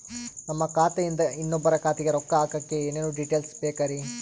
ನಮ್ಮ ಖಾತೆಯಿಂದ ಇನ್ನೊಬ್ಬರ ಖಾತೆಗೆ ರೊಕ್ಕ ಹಾಕಕ್ಕೆ ಏನೇನು ಡೇಟೇಲ್ಸ್ ಬೇಕರಿ?